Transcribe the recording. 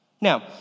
Now